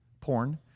porn